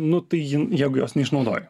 nu tai jin jeigu jos neišnaudoji